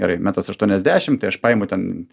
gerai metras aštuoniasdešim tai aš paimu ten